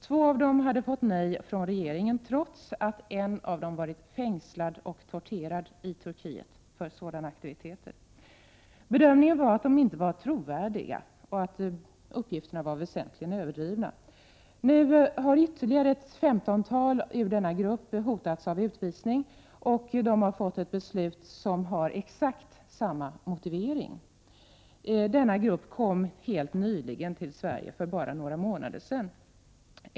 Två av dessa hade fått nej från regeringen, trots att en av dem hade varit fängslad och hade torterats i Turkiet för sina aktiviteter. Bedömningen var att de inte var trovärdiga och att deras uppgifter väsentligen var överdrivna. Nu hotas ytterligare ett femtontal i gruppen av utvisning. Beslutet i dessa fall har exakt samma motivering. Gruppen kom till Sverige för bara några månader sedan.